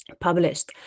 published